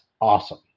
awesome